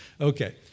Okay